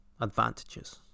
advantages